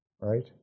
Right